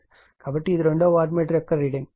కాబట్టి ఇది రెండవ వాట్మీటర్ యొక్క రీడింగ్